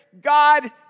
God